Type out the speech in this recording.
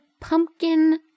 pumpkin